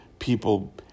people